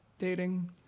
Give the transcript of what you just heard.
Dating